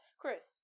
Chris